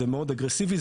זה מאוד אגרסיבי.